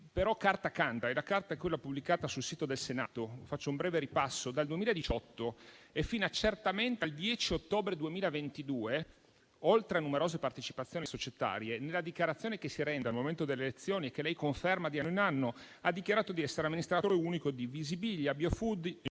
fare; carta canta, però, e la carta è quella pubblicata sul sito del Senato. Faccio un breve ripasso: dal 2018 e fino certamente al 10 ottobre 2022, oltre a numerose partecipazioni societarie, nella dichiarazione che si rende al momento delle elezioni e che lei conferma di anno in anno ha dichiarato di essere amministratore unico di Visibilia, Biofood,